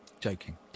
Joking